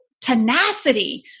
tenacity